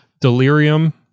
Delirium